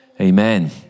Amen